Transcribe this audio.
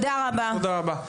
תודה רבה תודה רבה.